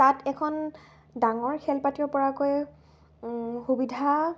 তাত এখন ডাঙৰ খেল পাতিব পৰাকৈ সুবিধা